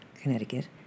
Connecticut